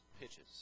pitches